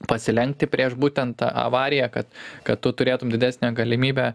pasilenkti prieš būtent avariją kad kad tu turėtum didesnę galimybę